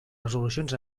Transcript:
resolucions